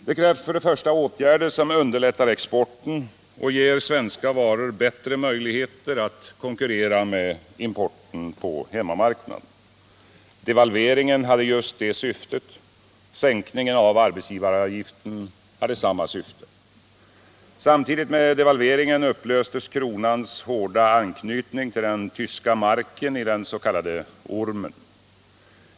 Det krävs åtgärder som underlättar exporten och ger svenska varor bättre möjligheter att konkurrera med importen på hemmamarknaden. Devalveringen hade just det syftet — sänkningen av arbetsgivaravgiften likaså. Samtidigt med devalveringen upplöstes kronans hårda anknytning till den tyska marken i den s.k. ormen.